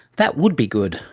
that would be good.